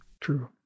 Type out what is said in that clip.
true